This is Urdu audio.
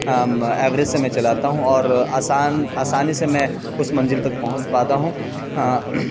ایوریج سے میں چلاتا ہوں اور آسان آسانی سے میں اس منزل تک پہنچ پاتا ہوں